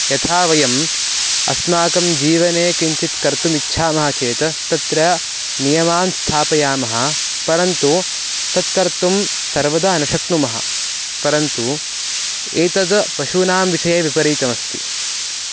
यथा वयम् अस्माकं जीवने किञ्चित् कर्तुम् इच्छामः चेत् तत्र नियमान् स्थापयामः परन्तु तत् कर्तुं सर्वदा न शक्नुमः परन्तु एतद् पशूनां विषये विपरीतमस्ति